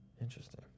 Interesting